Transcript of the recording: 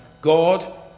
God